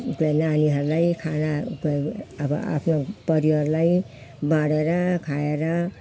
त्यहाँ नानीहरूलाई खाना अब आफ्नो परिवारलाई बाँढेर खाएर